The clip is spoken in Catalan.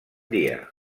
dia